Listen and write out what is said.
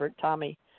Tommy